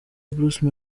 bruce